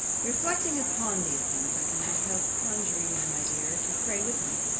reflecting upon these things, i cannot help conjuring you, my dear, to pray with me,